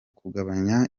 kugabanya